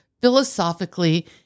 Philosophically